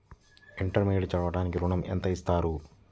Intermediate చదవడానికి ఋణం ఎంత ఇస్తారు?